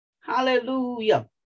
Hallelujah